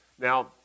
Now